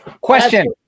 Question